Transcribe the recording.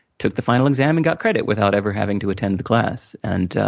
took the final exam and got credit, without ever having to attend the class. and,